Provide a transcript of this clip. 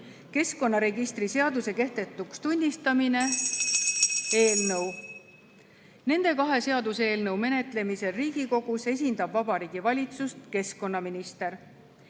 (keskkonnaregistri seaduse kehtetuks tunnistamine) eelnõu. Nende kahe seaduseelnõu menetlemisel Riigikogus esindab Vabariigi Valitsust keskkonnaminister.